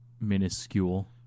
minuscule